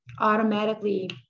automatically